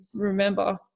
remember